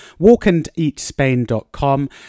Walkandeatspain.com